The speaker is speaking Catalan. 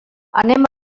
anem